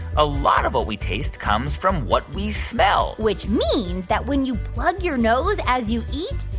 a lot of what we taste comes from what we smell which means that when you plug your nose as you eat,